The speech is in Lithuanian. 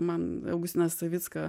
man augustiną savicką